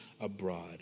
Abroad